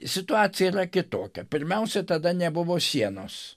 situacija yra kitokia pirmiausia tada nebuvo sienos